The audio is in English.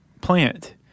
plant